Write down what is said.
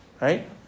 right